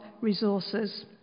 resources